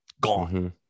gone